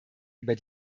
über